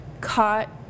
caught